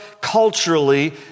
culturally